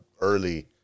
early